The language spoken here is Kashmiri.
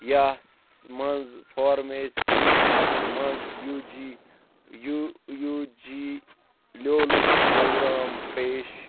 یَس منٛز فارمیسی منٛز U G U U G لیولُک پرٛوگرام پیش